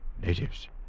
Natives